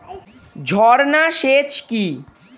ঝর্না সেচ কি?